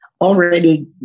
already